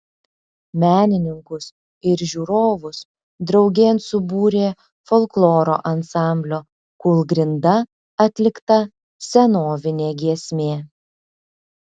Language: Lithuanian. menininkus ir žiūrovus draugėn subūrė folkloro ansamblio kūlgrinda atlikta senovinė giesmė